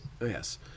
Yes